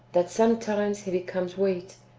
that sometimes he becomes wheat,